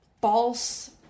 false